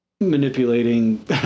manipulating